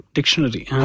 Dictionary